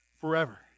forever